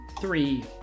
three